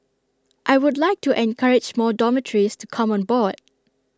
I would like to encourage more dormitories to come on board